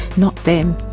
not them.